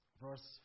Verse